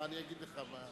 מה אני אגיד לך.